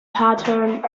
pattern